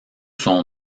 son